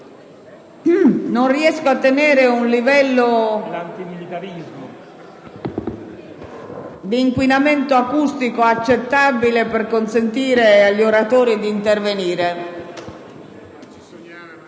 si riesce a mantenere un livello di inquinamento acustico accettabile per consentire agli oratori di intervenire.